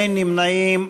אין נמנעים.